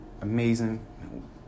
amazing